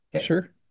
Sure